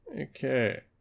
Okay